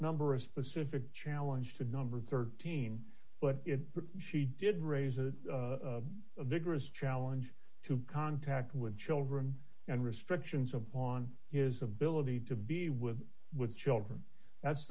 number a specific challenge to number thirteen but if she did raise a vigorous challenge to contact with children and restrictions upon his ability to be with with children that's